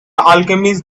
alchemist